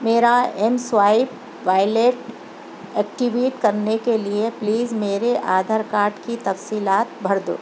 میرا M swipe wallet activate کرنے کے لئے پلیز میرے آدھار کارڈ کی تفصیلات بھر دو